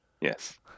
Yes